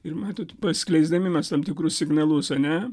ir matot paskleisdami mes tam tikrus signalus ar ne